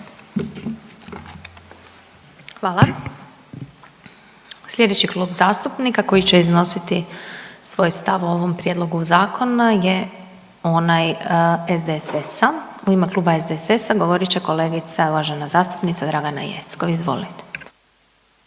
Hvala. Slijedeći klub zastupnika koji će iznositi svoj stav o ovom prijedlogu zakona je onaj SDSS-a. U ime Kluba SDSS-a govorit će kolegica, uvažena zastupnica Dragana Jeckov. Izvolite.